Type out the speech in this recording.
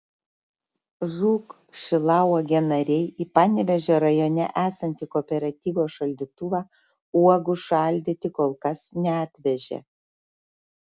žūk šilauogė nariai į panevėžio rajone esantį kooperatyvo šaldytuvą uogų šaldyti kol kas neatvežė